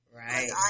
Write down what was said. right